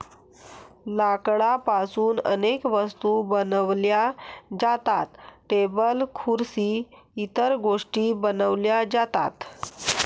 लाकडापासून अनेक वस्तू बनवल्या जातात, टेबल खुर्सी इतर गोष्टीं बनवल्या जातात